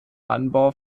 anbau